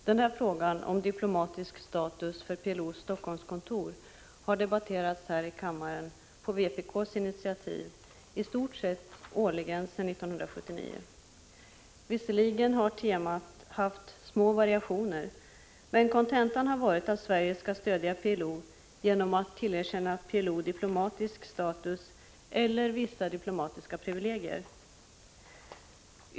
Herr talman! Frågan om diplomatisk status för PLO:s Helsingforsskontor har debatterats här i kammaren, på vpk:s initiativ, i stort sett årligen sedan 1979. Visserligen har temat haft små variationer, men kontentan har varit att Sverige skall stödja PLO genom att tillerkänna PLO diplomatisk status eller vissa diplomatiska privilegier.